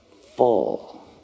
full